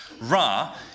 Ra